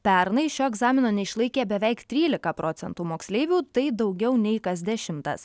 pernai šio egzamino neišlaikė beveik trylika procentų moksleivių tai daugiau nei kas dešimtas